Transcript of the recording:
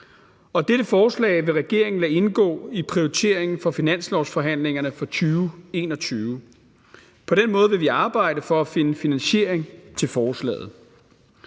Dette forslag vil regeringen lade indgå i prioriteringen i forbindelse med finanslovsforhandlingerne for 2021. På den måde vil vi arbejde for at finde finansiering af forslaget.